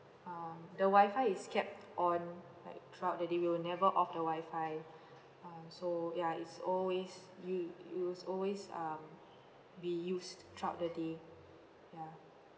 um the wifi is kept on like throughout the day we will never off the wifi um so ya it's always u~ it was always um be used throughout the day ya